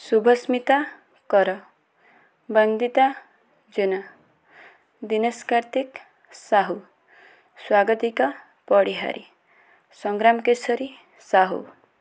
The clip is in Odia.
ଶୁଭସ୍ମିତା କର ବନ୍ଦିତା ଜେନା ଦିନେଶ କାର୍ତ୍ତିକ ସାହୁ ସ୍ଵାଗତିକା ପଡ଼ିହାରି ସଂଗ୍ରାମ କେଶରୀ ସାହୁ